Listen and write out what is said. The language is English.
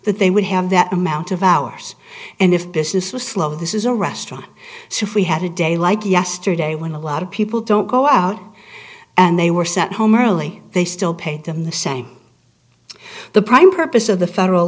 that they would have that amount of hours and if business was slow this is a restaurant so if we had a day like yesterday when a lot of people don't go out and they were sent home early they still paid them the same the prime purpose of the federal